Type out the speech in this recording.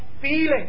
feeling